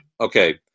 Okay